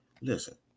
Listen